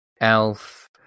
Elf